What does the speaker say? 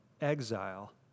exile